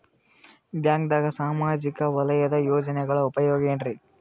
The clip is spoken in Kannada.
ಬ್ಯಾಂಕ್ದಾಗ ಸಾಮಾಜಿಕ ವಲಯದ ಯೋಜನೆಗಳ ಉಪಯೋಗ ಏನ್ರೀ?